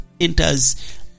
enters